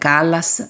Callas